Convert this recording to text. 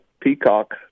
peacock